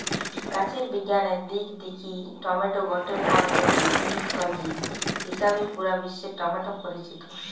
গাছের বিজ্ঞানের দিক দিকি টমেটো গটে ফল হলে বি, সবজি হিসাবেই পুরা বিশ্বে টমেটো পরিচিত